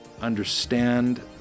understand